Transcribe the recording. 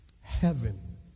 heaven